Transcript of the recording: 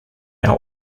are